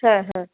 হ্যাঁ হ্যাঁ